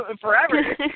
forever